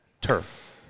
Turf